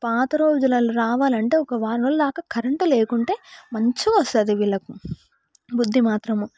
పాత రోజులు రావాలంటే ఒక వారం రోజులు దాకా కరెంటు లేకుంటే మంచిగా వస్తుంది వీళ్ళకు బుద్ధి మాత్రము